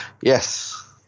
Yes